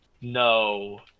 no